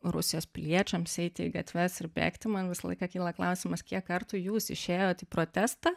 rusijos piliečiams eiti į gatves ir bėgti man visą laiką kyla klausimas kiek kartų jūs išėjot į protestą